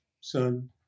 son